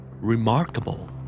Remarkable